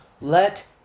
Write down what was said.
let